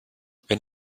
wenn